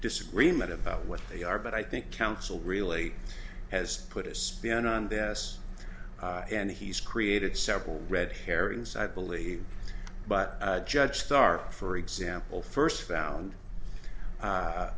disagreement about what they are but i think counsel really has put a spin on this and he's created several red herrings i believe but judge starr for example first found